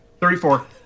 Thirty-four